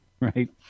right